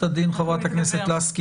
משרד המשפטים,